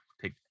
Take